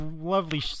Lovely